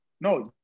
No